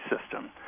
system